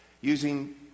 using